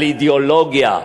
על אידיאולוגיה.